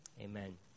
Amen